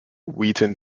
wheaton